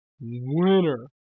winner